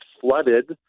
flooded